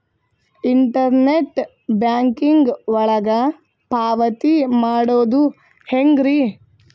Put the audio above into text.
Internet banking ಒಳಗ ಪಾವತಿ ಮಾಡೋದು ಹೆಂಗ್ರಿ?